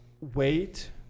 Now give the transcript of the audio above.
wait